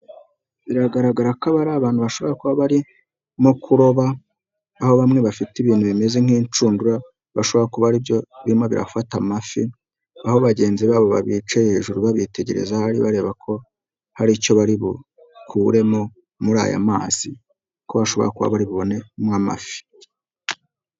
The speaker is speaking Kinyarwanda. Biragaragara ko aba ari abantu bashobora kuba barimo kuroba ,aho bamwe bafite ibintu bimeze nk'inshundura bashobora kuba aribyo birimo birafata amafi, aho bagenzi babo bicaye hejuru babitegereza bari bareba ko hari icyo bari bukuremo muri aya mazi, kuko bashobora kuba bari bubonemo amafi.